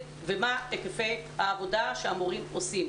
אתם לא יודעים איך מערכת החינוך מתנהלת ומה היקפי העבודה שהמורים עושים.